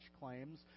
claims